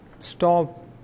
stop